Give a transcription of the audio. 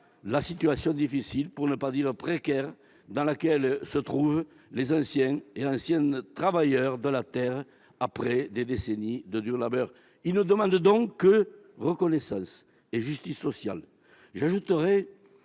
la situation difficile, pour ne pas dire précaire, dans laquelle se trouvent les anciens travailleurs de la terre après des décennies de dur labeur. Ils ne demandent donc que reconnaissance et justice sociale. Au